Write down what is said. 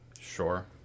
Sure